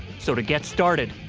so to get started.